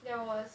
there was